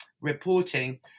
reporting